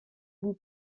vous